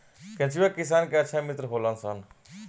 केचुआ किसान के सच्चा मित्र होलऽ सन